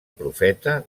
profeta